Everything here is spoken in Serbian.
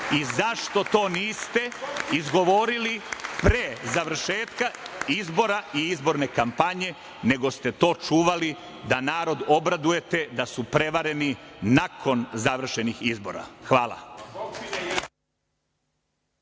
i zašto to niste izgovorili pre završetka izbora i izborne kampanje nego ste to čuvali da narod obradujete da su prevareni nakon završenih izbora? Hvala.